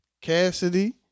Cassidy